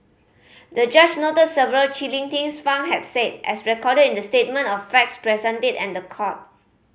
the judge noted several chilling things Fang had said as recorded in the statement of facts presented in the court